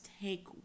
take